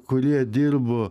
kurie dirbo